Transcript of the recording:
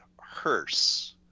hearse